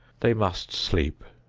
they must sleep,